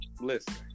Listen